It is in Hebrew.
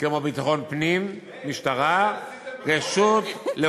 כמו ביטחון פנים, משטרה, את כל זה עשיתם בחודש?